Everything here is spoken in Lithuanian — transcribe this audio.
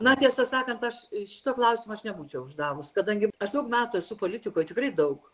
na tiesą sakant aš šito klausimo aš nebūčiau uždavus kadangi aš daug metų esu politikoj tikrai daug